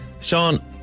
Sean